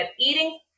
eating